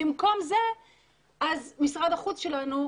במקום זה אז משרד החוץ שלנו,